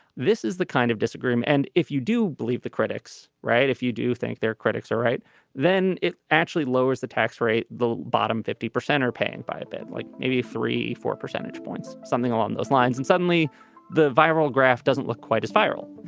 this is the kind of disagree. and if you do believe the critics right. if you do think their critics are right then it actually lowers the tax rate the bottom fifty percent are paying by a bit like maybe three or percentage point something along those lines and suddenly the viral graph doesn't look quite as viral.